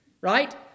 right